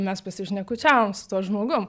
mes pasišnekučiavom su tuo žmogum